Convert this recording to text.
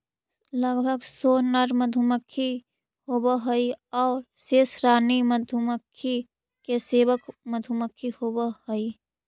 लगभग सौ नर मधुमक्खी होवऽ हइ आउ शेष रानी मधुमक्खी के सेवक मधुमक्खी होवऽ हइ